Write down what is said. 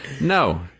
No